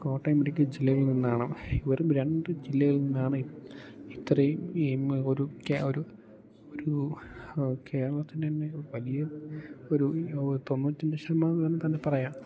കോട്ടയം ഇടുക്കി ജില്ലയിൽ നിന്നാണ് വെറും രണ്ടു ജില്ലയിൽ നിന്നാണ് ഇത്രയും ഈ ഒരു ഒരു ഒരു കേരളത്തിൽ നിന്നുതന്നെ വലിയ ഒരു തൊണ്ണൂറ്റഞ്ച് ശതമാനം തന്നെ പറയാം